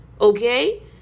Okay